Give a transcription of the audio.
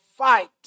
fight